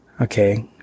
okay